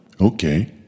Okay